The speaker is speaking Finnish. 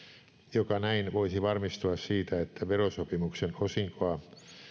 joka näin voisi varmistua siitä että verosopimuksen osinkoa